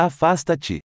Afasta-te